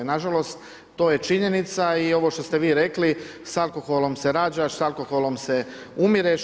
Nažalost, to je činjenica i ovo što ste vi rekli s alkoholom se rađaš, s alkoholom umireš.